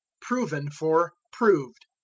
proven for proved.